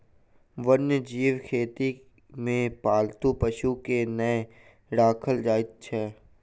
वन्य जीव खेती मे पालतू पशु के नै राखल जाइत छै